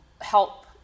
help